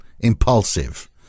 Impulsive